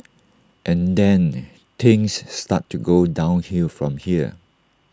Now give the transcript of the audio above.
and then things start to go downhill from here